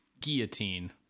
Guillotine